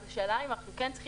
אז השאלה אם כרגע,